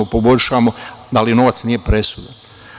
Poboljšavamo, ali novac nije presudan.